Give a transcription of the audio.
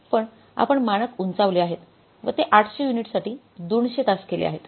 पण आपण मानक उंचावले आहेत व ते 800 युनिट्स साठी 200 तास केले आहेत